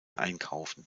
einkaufen